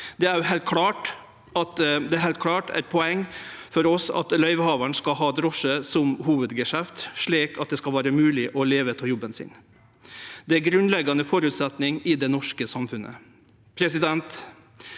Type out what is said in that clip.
Det er heilt klart eit poeng for oss at løyvehavaren skal ha drosje som hovudgeskjeft, slik at det skal vere mogleg å leve av jobben sin. Det er ein grunnleggjande føresetnad i det norske samfunnet.